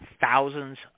thousands